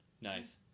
nice